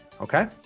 Okay